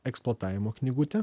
eksploatavimo knygutė